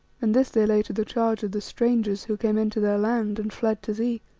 and this they lay to the charge of the strangers who came into their land and fled to thee.